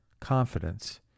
confidence